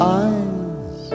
eyes